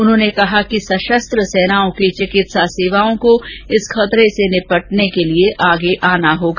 उन्होंने कहा कि सशस्त्र सेनाओं की चिकित्सा सेवाओं को इस खतरे से निपटने के लिए आगे आना होगा